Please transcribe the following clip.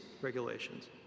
regulations